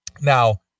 Now